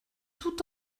tout